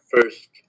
first